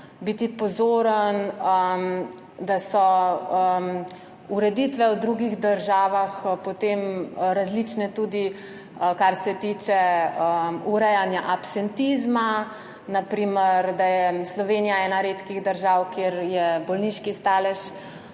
biti pozoren, da so ureditve v drugih državah potem različne, tudi kar se tiče urejanja absentizma, na primer, da je Slovenija ena redkih držav, kjer je bolniški stalež